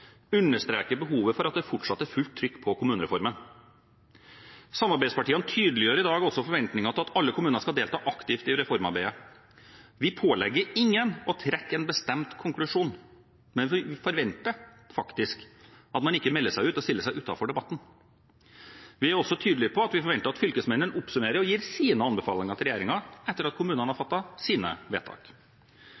understreker behovet for at det fortsatt er fullt trykk på kommunereformen. Samarbeidspartiene tydeliggjør i dag også forventningen til at alle kommuner skal delta aktivt i reformarbeidet. Vi pålegger ingen å trekke en bestemt konklusjon, men vi forventer – faktisk – at man ikke melder seg ut og stiller seg utenfor debatten. Vi er også tydelige på at vi forventer at fylkesmennene oppsummerer og gir sine anbefalinger til regjeringen etter at kommunene har fattet sine vedtak.